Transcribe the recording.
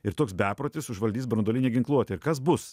ir toks beprotis užvaldys branduolinę ginkluotę ir kas bus